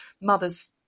mother's